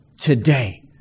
today